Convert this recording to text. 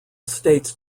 states